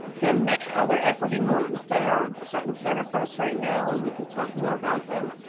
there are many other equity moves that are front and center for us right now and we can talk more about them.